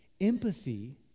empathy